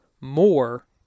more